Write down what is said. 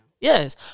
Yes